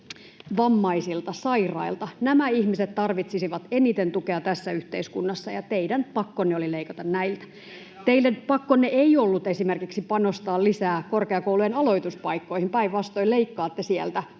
hallituskaudellanne!] Nämä ihmiset tarvitsisivat eniten tukea tässä yhteiskunnassa, ja teidän pakkonne oli leikata näiltä. Teidän pakkonne ei ollut esimerkiksi panostaa lisää korkeakoulujen aloituspaikkoihin, päinvastoin leikkaatte sieltä